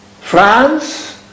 France